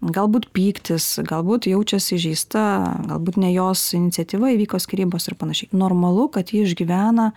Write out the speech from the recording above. galbūt pyktis galbūt jaučias įžeista galbūt ne jos iniciatyva įvyko skyrybos ir panašiai normalu kad ji išgyvena